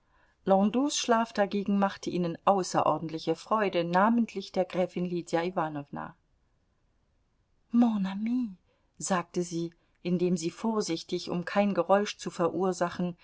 landaus schlaf dagegen machte ihnen außerordentliche freude namentlich der gräfin lydia iwanowna mon ami sagte sie indem sie vorsichtig um kein geräusch zu verursachen